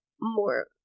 more